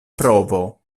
provo